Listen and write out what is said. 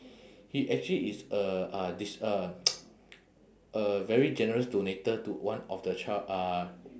he actually is a uh this uh a very generous donator to one of the child~ uh